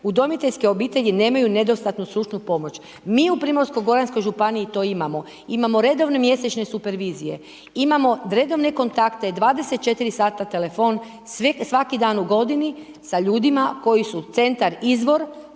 udomiteljske obitelji nemaju nedostatnu stručnu pomoć. Mi u Primorsko-goranskoj županiji to imamo, imamo redovne mjesečne supervizije, imamo redovne kontakte, 24 sata telefon svaki dan u godini sa ljudima koji su Centar Izvor,